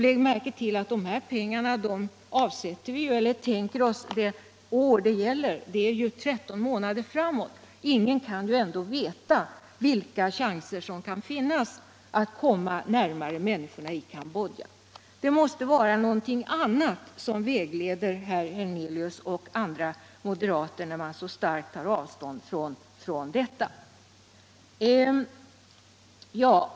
Lägg märke till att vi tänker oss att avsätta de här pengarna för 13 månader framåt, och ingen vet vilka chanser som kan finnas för att komma människorna i Cambodja ull hjälp. Det måste vara någonting annat som vägleder herr Hernelius och andra moderater när de så starkt tar avstånd från detta.